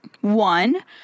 one